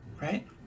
Right